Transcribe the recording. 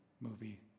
movie